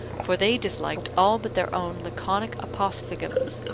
for they disliked all but their own laconic apophthegms,